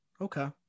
Okay